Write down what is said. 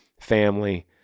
family